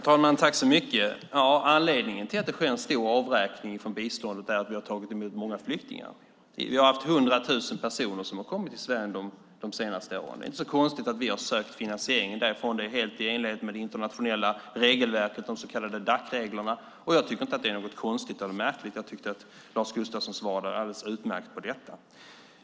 Herr talman! Anledningen till att det sker en stor avräkning från biståndet är att vi har tagit emot många flyktingar. Vi har haft 100 000 personer som har kommit till Sverige de senaste åren. Det är inte så konstigt att vi har sökt finansieringen därifrån. Det är helt i enlighet med det internationella regelverket, de så kallade Dacreglerna, och jag tycker inte att det är något konstigt eller märkligt. Jag tyckte att Lars Gustafsson svarade alldeles utmärkt på detta.